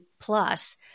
plus